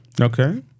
Okay